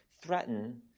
threaten